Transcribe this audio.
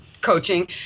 coaching